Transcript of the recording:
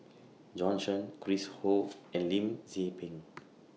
Bjorn Shen Chris Ho and Lim Tze Peng